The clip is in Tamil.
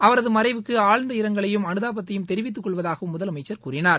அவரது மறைவுக்கு அழந்த இரங்கலையும் அனுதாபத்தையும் தெரிவித்தக் கொள்வதாகவும் முதலமைச்ச் கூறினார்